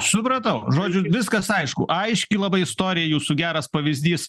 supratau žodžiu viskas aišku aiški labai istorija jūsų geras pavyzdys